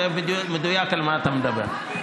אני יודע על מה אתה מדבר במדויק.